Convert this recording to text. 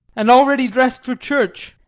and already dressed for church!